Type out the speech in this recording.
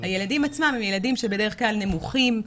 הילדים עצמם הם ילדים שבדרך כלל נמוכים,